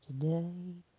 today